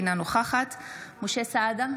אינה נוכחת משה סעדה,